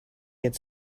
get